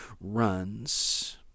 runs